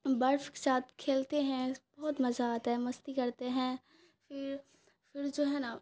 برف کے ساتھ کھیلتے ہیں بہت مزہ آتا ہے مستی کرتے ہیں پھر پھر جو ہے نا